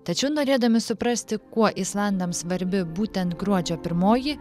tačiau norėdami suprasti kuo islandams svarbi būtent gruodžio pirmoji